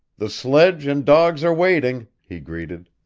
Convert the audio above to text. the sledge and dogs are waiting, he greeted.